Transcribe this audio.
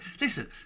Listen